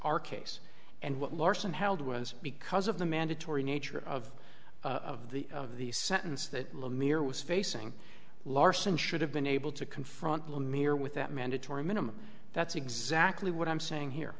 our case and what larson held was because of the mandatory nature of of the of the sentence that lemaire was facing larson should have been able to confront the amir with that mandatory minimum that's exactly what i'm saying here